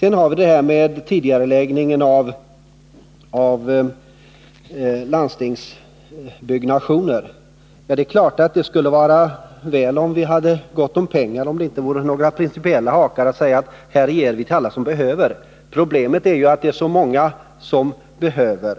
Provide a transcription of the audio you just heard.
Sedan till det här med tidigareläggning av landstingsbyggnationer. Det är klart att det skulle vara väl, om vi hade gott om pengar och om det inte fanns några principiella hakar, att säga att här ger vi till alla som behöver. Problemet är ju bl.a. att det är så många som behöver.